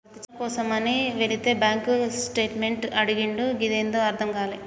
లోను కోసమని వెళితే bank statement అడిగిండు గదేందో అర్థం గాలే